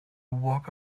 walk